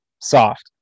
soft